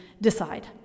decide